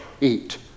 eat